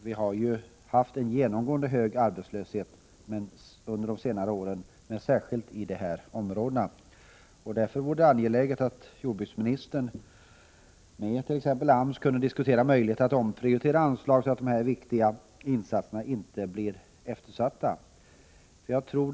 Vi har haft en genomgående hög arbetslöshet under senare år särskilt i dessa områden. Det är därför angeläget att jordbruksministern med t.ex. AMS diskuterar möjligheten att omprioritera anslag, så att dessa viktiga insatser inte blir eftersatta.